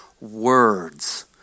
words